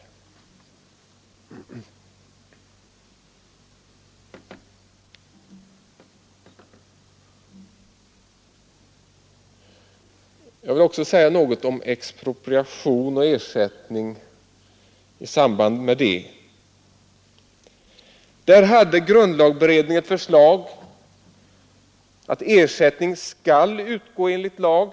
Jag vill också säga något om ersättning i samband med expropriation. Grundlagberedningens förslag innebar att ersättning skall utgå enligt lag.